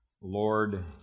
Lord